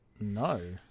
No